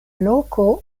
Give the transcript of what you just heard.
loko